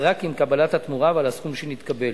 רק עם קבלת התמורה ועל הסכום שנתקבל.